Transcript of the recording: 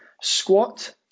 squat